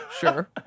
sure